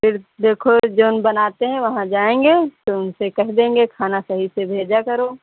फिर देखो जो बनाते हैं वहां जाएंगे तो उनसे कह देंगे खाना सही से भेजा करो